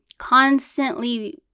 constantly